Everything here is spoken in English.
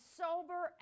sober